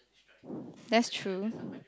that's true